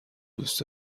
دوست